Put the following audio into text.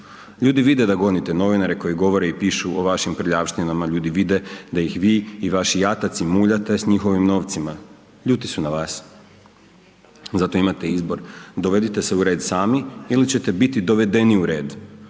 Ljudi vide da gonite novinare koji govore i pišu o vašim prljavštinama, ljudi vide da ih vi i vaši jataci muljate s njihovim novcima, ljuti su na vas. Zato imate izbor dovodite se u red sami ili ćete biti dovedeni u red